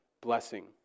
blessing